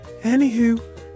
Anywho